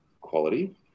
quality